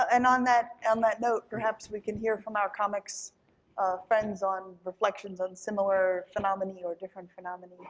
and on that um that note, perhaps we can hear from our comics friends on reflections on similar phenomena or different phenomena. yeah,